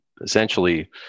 essentially